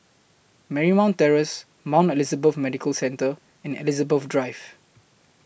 Marymount Terrace Mount Elizabeth Medical Centre and Elizabeth Drive